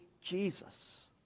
Jesus